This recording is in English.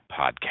podcast